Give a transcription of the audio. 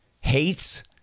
hates